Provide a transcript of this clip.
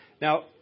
Now